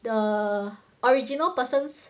the original person's